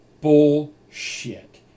Bullshit